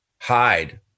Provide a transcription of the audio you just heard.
hide